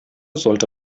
sollte